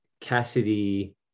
Cassidy